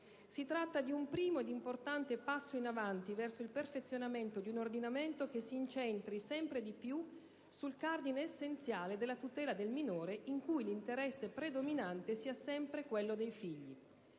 Si tratta di un primo e importante passo in avanti verso il perfezionamento di un ordinamento che si incentri sempre di più sul cardine essenziale della tutela del minore, in cui l'interesse predominante sia sempre quello dei figli.